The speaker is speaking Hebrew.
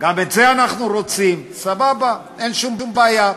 המקורות הם רק ביקוש והיצע, אין שום דבר אחר.